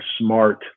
smart